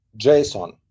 JSON